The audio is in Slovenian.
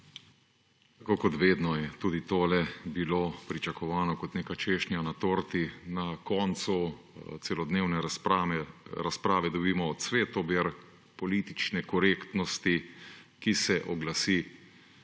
Tako kot vedno, je tudi tole bilo pričakovano kot neka češnja na torti. Na koncu celodnevne razprave dobimo cvetober politične korektnosti, ki se oglasi